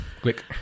quick